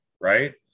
right